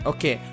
Okay